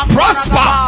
Prosper